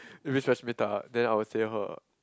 if it's then I would say her ah